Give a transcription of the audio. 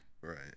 Right